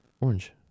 Orange